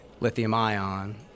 lithium-ion